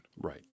Right